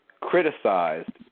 criticized